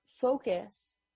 focus